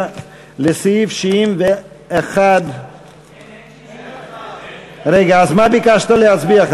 עכשיו לסעיף 71. אין סעיף 71. אז מה ביקשת להצביע,